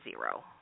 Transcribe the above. zero